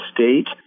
State